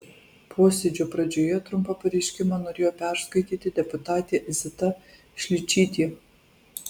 posėdžio pradžioje trumpą pareiškimą norėjo perskaityti deputatė zita šličytė